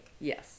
Yes